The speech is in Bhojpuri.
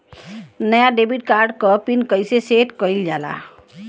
नया डेबिट कार्ड क पिन कईसे सेट कईल जाला?